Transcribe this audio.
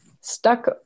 stuck